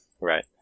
Right